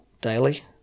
daily